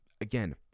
Again